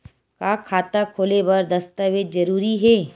का खाता खोले बर दस्तावेज जरूरी हे?